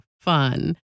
fun